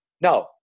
No